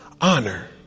Honor